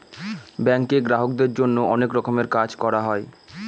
ব্যাঙ্কে গ্রাহকদের জন্য অনেক রকমের কাজ করা হয়